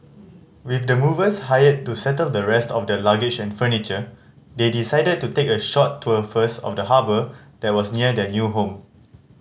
with the movers hired to settle the rest of their luggage and furniture they decided to take a short tour first of the harbour that was near their new home